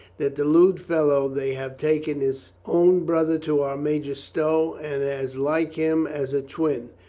that the lewd fellow they have taken is own brother to our major stow and as like him as a twin.